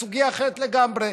היא סוגיה אחרת לגמרי.